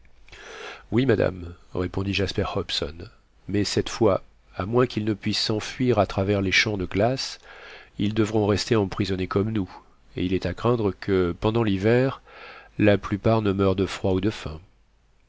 oui madame répondit jasper hobson mais cette fois à moins qu'ils ne puissent s'enfuir à travers les champs de glace ils devront rester emprisonnés comme nous et il est à craindre que pendant l'hiver la plupart ne meurent de froid ou de faim